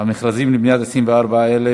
המכרזים לבניית 24,000